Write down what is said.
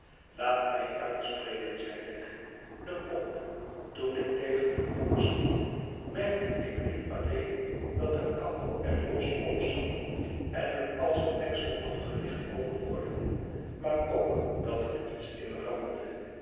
laat mij uitspreken zeiwegg ide pomp toen ik tegen de pomp stiet merkte ik niet alleen dat de kap er los op zat en er als een deksel afgelicbt kon worden maar ook dat er iets in rammelde